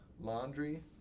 laundry